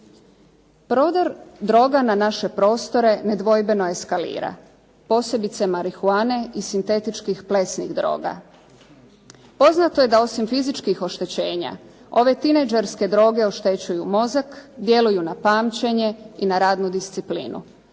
Prodor droga na naše prostore nedvojbeno eskalira, posebice marihuane i sintetičkih plesnih droga. Poznato je da osim fizičkih oštećenja ove tinejdžerske droge oštećuju mozak, djeluju na pamćenje i na radnu disciplinu.